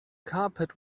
carpet